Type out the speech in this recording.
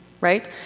right